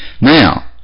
Now